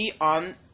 on